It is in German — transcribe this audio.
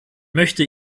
möchte